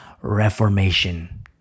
reformation